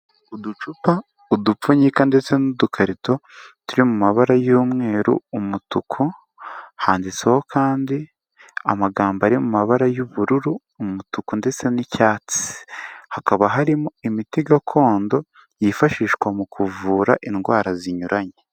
Uducupa, udupfunyika ndetse n'udukarito, turi mu mabara y'umweru, umutuku, handitseho kandi amagambo ari mu mabara y'ubururu, umutuku ndetse n'icyatsi, hakaba harimo imiti gakondo yifashishwa mu kuvura indwara zinyuranye.